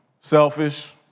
Selfish